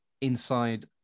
inside